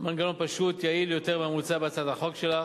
מנגנון פשוט, יעיל יותר מהמוצע בהצעת החוק שלך,